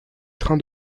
train